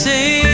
Say